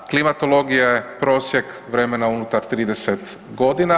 Klimatologija je prosjek vremena unutar 30.g.